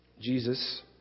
Jesus